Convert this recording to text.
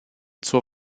zur